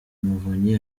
muvunyi